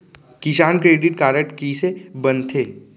किसान credit card कइसे बनथे?